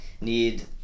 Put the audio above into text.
need